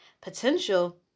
potential